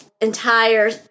entire